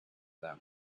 them